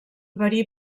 verí